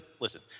listen